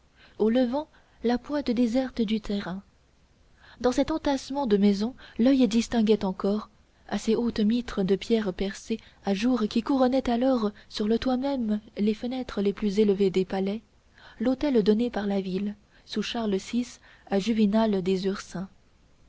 au levant la pointe déserte du terrain dans cet entassement de maisons l'oeil distinguait encore à ces hautes mitres de pierre percées à jour qui couronnaient alors sur le toit même les fenêtres les plus élevées des palais l'hôtel donné par la ville sous charles vi à juvénal des ursins